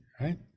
right